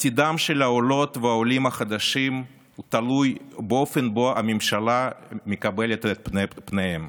עתידם של העולים והעולות החדשים תלוי באופן שבו הממשלה מקבלת את פניהם.